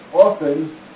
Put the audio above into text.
often